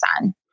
on